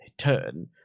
turn